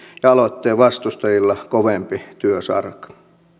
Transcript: ja aloitteen vastustajilla kovempi työsarka